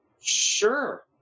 Sure